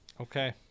Okay